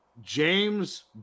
James